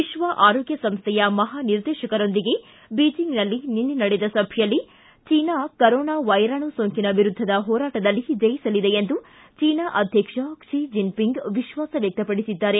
ವಿಕ್ವ ಆರೋಗ್ಡ ಸಂಸ್ಥೆಯ ಮಹಾನಿರ್ದೇಶಕರೊಂದಿಗೆ ಬೀಜಿಂಗ್ನಲ್ಲಿ ನಿನ್ನೆ ನಡೆದ ಸಭೆಯಲ್ಲಿ ಚೀನಾ ಕರೋನಾ ವೈರಾಣು ಸೋಂಕಿನ ವಿರುದ್ಧದ ಹೋರಾಟದಲ್ಲಿ ಜಯಿಸಲಿದೆ ಎಂದು ಚೀನಾ ಅಧ್ಯಕ್ಷ ಕ್ಷೆ ಜನಪಿಂಗ್ ವಿಶ್ವಾಸ ವ್ವಕ್ತಪಡಿಸಿದ್ದಾರೆ